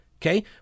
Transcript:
Okay